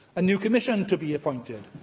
a new commission to be appointed,